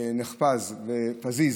נחפז ופזיז